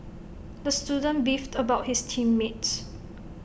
the student beefed about his team mates